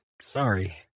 sorry